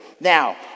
Now